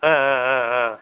ஆ ஆ ஆ ஆ